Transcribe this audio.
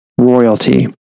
royalty